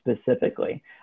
specifically